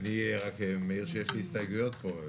אני רק מעיר שיש לי הסתייגויות פה.